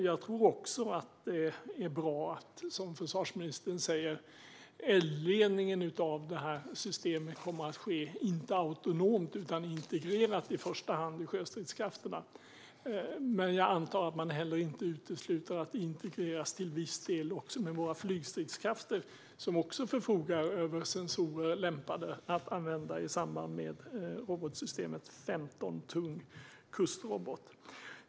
Jag tror också att det är bra att eldledningen av systemet kommer att ske inte autonomt utan integrerat, i första hand i sjöstridskrafterna. Men jag antar att man inte heller utesluter att det integreras till viss del också med våra flygstridskrafter, som också förfogar över sensorer lämpade att använda i samband med robotsystemet 15, tung kustrobot.